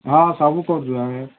ହଁ ସବୁ କରୁଛୁ ଆମେ